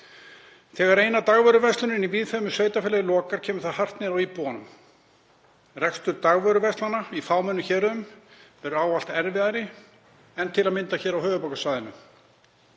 Þegar eina dagvöruverslunin í víðfeðmu sveitarfélagi lokar kemur það hart niður á íbúunum. Rekstur dagvöruverslana í fámennum héruðum er ávallt erfiðari en til að mynda hér á höfuðborgarsvæðinu.